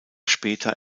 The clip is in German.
später